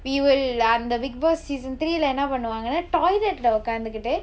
we will அந்த:antha bigg boss season three lah என்ன பண்ணுவாங்கனா:enna pannuvaanganaa toilet lah ஒக்காந்துகிட்டு:okkaanthukittu